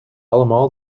allemaal